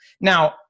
Now